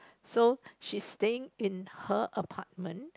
so she's staying in her apartment